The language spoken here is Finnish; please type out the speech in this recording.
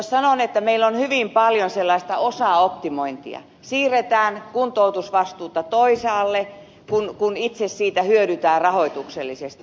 sanon että meillä on hyvin paljon sellaista osaoptimointia siirretään kuntoutusvastuuta toisaalle kun itse siitä hyödytään rahoituksellisesti